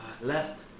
Left